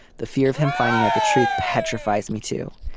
the fear of him finding out the truth petrified. me too.